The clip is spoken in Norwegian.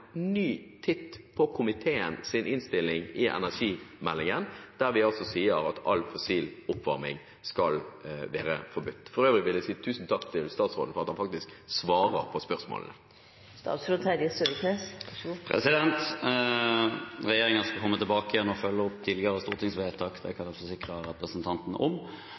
ny titt på komiteens innstilling til energimeldingen, der man altså sier at all fossil oppvarming skal være forbudt. For øvrig vil jeg si tusen takk til statsråden for at han faktisk svarer på spørsmålene. Regjeringen skal komme tilbake og følge opp tidligere stortingsvedtak, det kan jeg forsikre representanten om.